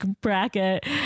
bracket